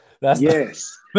Yes